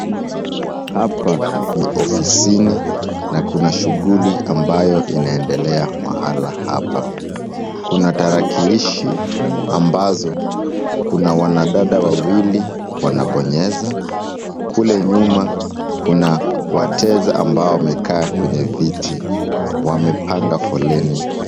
Hapa ni ofisini, na kuna shughuli ambayo inaendelea mahala hapa. Kuna tarakilishi, ambazo kuna wanadada wawili wanabonyeza. Kule nyuma kuna wateja ambao wamekaa kwenye viti, wamepanga foleni.